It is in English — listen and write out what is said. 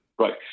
Right